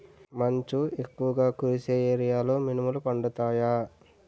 మంచు ఎక్కువుగా కురిసే ఏరియాలో మినుములు పండుతాయా?